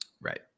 Right